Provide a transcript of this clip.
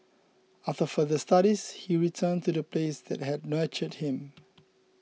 after further studies he returned to the place that had nurtured him